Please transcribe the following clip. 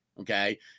okay